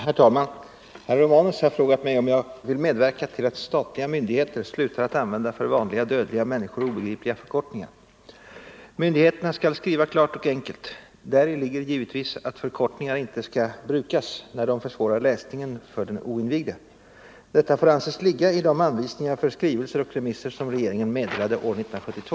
Herr talman! Herr Romanus har frågat mig om jag vill medverka till att statliga myndigheter slutar att använda för vanliga dödliga människor obegripliga förkortningar. Myndigheterna skall skriva klart och enkelt. Däri ligger givetvis att förkortningar inte skall brukas när de försvårar läsningen för den oinvigde. Detta får anses ligga i de anvisningar för skrivelser och remisser som regeringen meddelade år 1972.